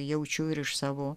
jaučiu ir iš savo